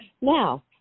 Now